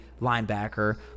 linebacker